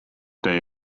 day